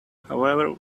however